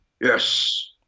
yes